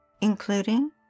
including